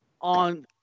on